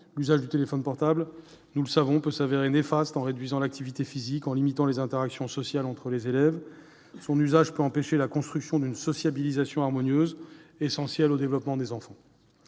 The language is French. l'usage du téléphone portable peut s'avérer néfaste, en réduisant l'activité physique et en limitant les interactions sociales entre les élèves. Il peut empêcher la construction d'une sociabilisation harmonieuse, essentielle au développement des enfants.